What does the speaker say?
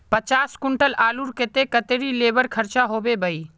पचास कुंटल आलूर केते कतेरी लेबर खर्चा होबे बई?